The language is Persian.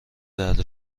درد